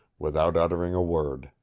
without uttering a word.